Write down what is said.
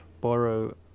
borrow